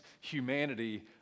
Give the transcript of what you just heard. humanity